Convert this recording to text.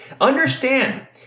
Understand